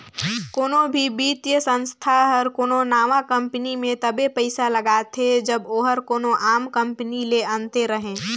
कोनो भी बित्तीय संस्था हर कोनो नावा कंपनी में तबे पइसा लगाथे जब ओहर कोनो आम कंपनी ले अन्ते रहें